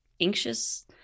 anxious